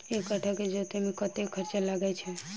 एक कट्ठा केँ जोतय मे कतेक खर्चा लागै छै?